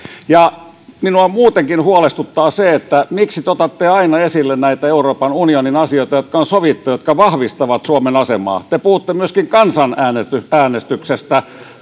minua muutenkin huolestuttaa se miksi te otatte aina esille näitä euroopan unionin asioita jotka on sovittu jotka vahvistavat suomen asemaa te puhutte myöskin kansanäänestyksestä